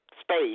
space